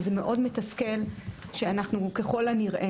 וזה מתסכל מאוד שאנחנו ככל הנראה,